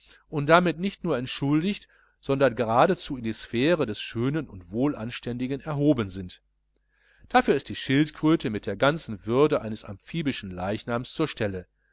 und damit nicht nur entschuldigt sondern geradezu in die sphäre des schönen und wohlanständigen erhoben sind dafür ist die schildkröte mit der ganzen würde eines amphibischen leichnams zur stelle